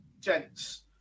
gents